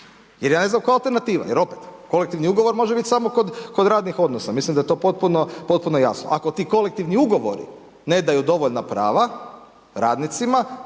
jer ja ne znam koja je alternativa, jer opet kolektivni ugovor može biti samo kod radnih odnosa, mislim da je to potpuno jasno. Ako ti kolektivni ugovori ne daju dovoljna prava radnicima,